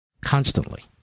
Constantly